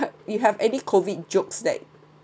you have any COVID jokes that